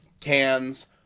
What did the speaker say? Cans